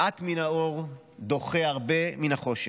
מעט מן האור דוחה הרבה מן החושך,